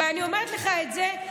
ואני אומרת לך את זה,